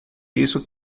isso